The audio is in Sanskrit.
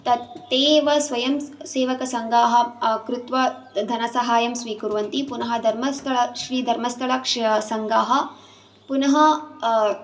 ते एव स्वयं सेवकसङ्घाः कृत्वा धनसहायं स्वीकुर्वन्ति पुनः धर्मस्थल स्त्रीधर्मस्थलसङ्घाः पुनः